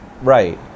right